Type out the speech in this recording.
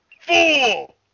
Fool